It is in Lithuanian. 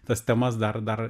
tas temas dar dar